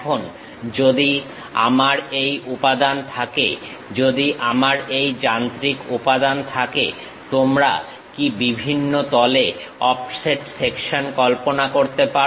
এখন যদি আমার এই উপাদান থাকে যদি আমার এই যান্ত্রিক উপাদান থাকে তোমরা কি বিভিন্ন তলে অফসেট সেকশন কল্পনা করতে পারো